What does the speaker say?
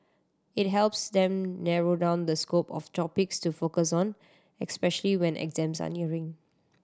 it helps them narrow down the scope of topics to focus on especially when exams are nearing